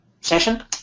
session